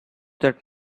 that